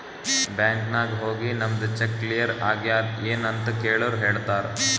bank ನಾಗ್ ಹೋಗಿ ನಮ್ದು ಚೆಕ್ ಕ್ಲಿಯರ್ ಆಗ್ಯಾದ್ ಎನ್ ಅಂತ್ ಕೆಳುರ್ ಹೇಳ್ತಾರ್